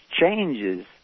changes